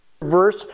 verse